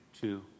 two